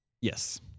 Yes